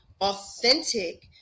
authentic